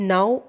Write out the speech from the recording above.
Now